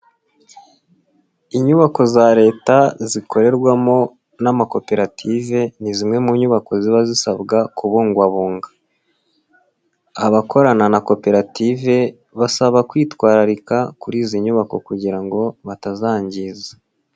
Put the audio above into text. Inyubako za leta zikorerwamo n'amakoperative ni zimwe mu nyubako ziba zisabwa kubungwabunga, abakorana na koperative basaba kwitwararika kuri izi nyubako kugira ngo batazangiza.